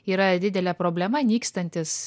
yra didelė problema nykstantis